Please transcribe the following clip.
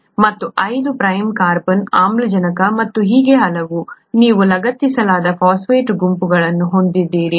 ಮತ್ತು 5 prime carbon ಆಮ್ಲಜನಕ ಮತ್ತು ಹೀಗೆ ಹಲವು ನೀವು ಲಗತ್ತಿಸಲಾದ ಫಾಸ್ಫೇಟ್ ಗುಂಪುಗಳನ್ನು ಹೊಂದಿದ್ದೀರಿ